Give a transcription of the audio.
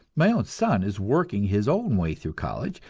my own son is working his own way through college,